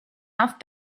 off